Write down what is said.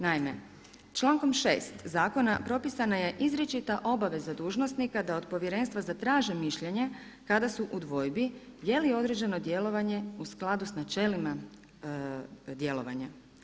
Naime, člankom 6. Zakona propisana je izričita obaveza dužnosnika da od Povjerenstva zatraži mišljenje kada su u dvojbi je li određeno djelovanje u skladu sa načelima djelovanja.